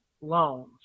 loans